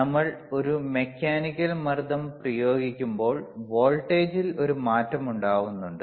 നമ്മൾ ഒരു മെക്കാനിക്കൽ മർദ്ദം പ്രയോഗിക്കുമ്പോൾ വോൾട്ടേജിൽ ഒരു മാറ്റമുണ്ണ്ടാവുന്നുണ്ട്